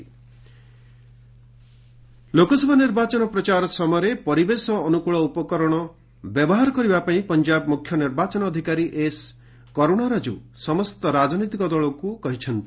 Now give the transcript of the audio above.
Punjab EC Lok Sabha ନିର୍ବାଚନ ପ୍ରଚାର କାଳରେ ପରିବେଶ ଅନୁକୂଳ ଉପକରଣ ବ୍ୟବହାର କରିବା ପାଇଁ ପଞ୍ଜାବ ମୁଖ୍ୟ ନିର୍ବାଚନ ଅଧିକାରୀ ଏସ୍ କରୁଣାରାଜୁ ସମସ୍ତ ରାଜନୈତିକ ଦଳକୁ କହିଛନ୍ତି